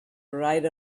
right